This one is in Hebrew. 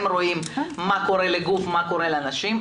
הם רואים מה קורה לגוף ומה קורה לאנשים,